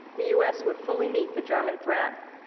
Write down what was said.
the us would fully meet the german threat,